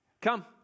Come